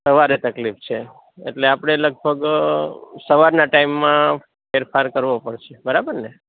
સવારે તકલીફ છે એટલે આપણે લગભગ સવારના ટાઇમમાં ફેરફાર કરવો પડશે બરાબરને